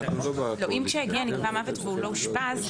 אם כשהגיע ונקבע מוות והוא לא אושפז,